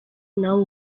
nawe